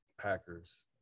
Packers